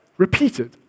Repeated